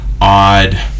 odd